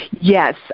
Yes